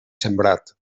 sembrat